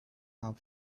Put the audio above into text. have